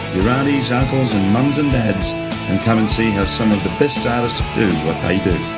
your aunties, uncles and mums and dads and come and see how some of the best artists do what they do.